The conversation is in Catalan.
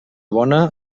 bona